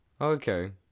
Okay